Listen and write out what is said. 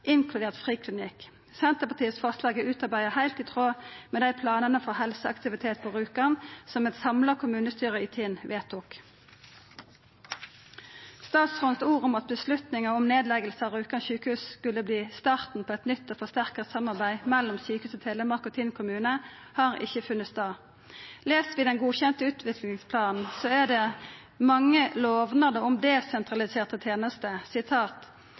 inkludert friklinikk. Senterpartiets forslag er utarbeidd heilt i tråd med dei planane for helseaktivitet på Rjukan som eit samla kommunestyre i Tinn vedtok. Statsrådens ord om at avgjerda om nedlegging av Rjukan sykehus skulle verta starten på eit nytt og forsterka samarbeid mellom Sykehuset Telemark og Tinn kommune har ikkje funne stad. Les vi den godkjende utviklingsplanen, er det mange lovnader om desentraliserte tenester: